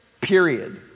period